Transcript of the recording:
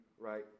right